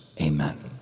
Amen